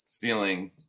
feeling